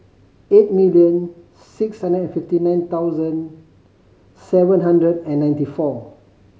eight million six hundred and fifty nine thousand seven hundred and ninety four